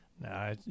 No